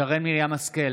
שרן מרים השכל,